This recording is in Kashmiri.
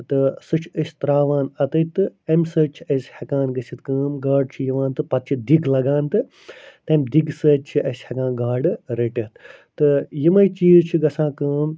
تہٕ سُہ چھِ أسۍ تراوان أتی تہٕ امہِ سۭتۍ چھِ أسۍ ہیٚکان گٔژھِتھ کٲم گاڈٕ چھِ یِوان تہٕ پَتہٕ چھِ دِگ لَگان تہٕ تمہِ دِگہِ سۭتۍ چھ أسۍ ہیٚکان گاڈٕ رٔٹِتھ تہٕ یمے چیٖز چھِ گَژھان کٲم